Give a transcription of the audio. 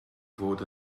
fod